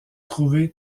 trouvé